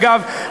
אגב,